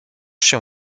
się